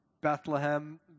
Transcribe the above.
Bethlehem